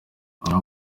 avuga